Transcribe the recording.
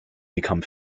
become